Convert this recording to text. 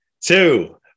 two